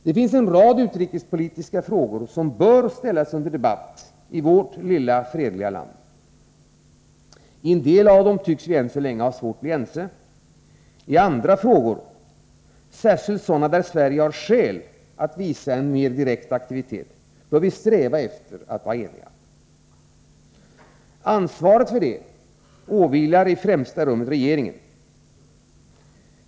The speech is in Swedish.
Det finns en rad utrikespolitiska frågor som bör ställas under debatt i vårt lilla fredliga land. I en del av dem tycks vi ännu ha svårt att bli ense. I andra frågor, särskilt sådana där Sverige har skäl att visa en mera direkt aktivitet, bör vi sträva efter att vara eniga. Ansvaret för det åvilar i främsta rummet regeringen.